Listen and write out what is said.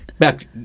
Back –